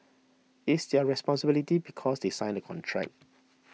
it's their responsibility because they sign the contract